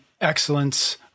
Excellence